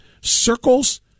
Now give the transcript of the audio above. circles